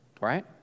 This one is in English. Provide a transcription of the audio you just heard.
right